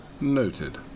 Noted